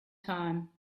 time